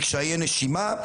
מקשיי נשימה,